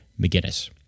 McGinnis